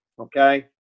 Okay